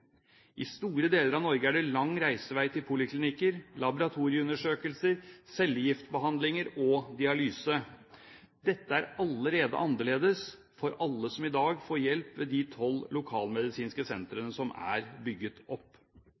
I store deler av Norge er det lang reisevei til poliklinikker, laboratorieundersøkelser, cellegiftbehandling og dialyse. Dette er allerede annerledes for alle som i dag får hjelp ved de tolv lokalmedisinske sentrene som er bygget opp.